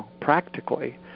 practically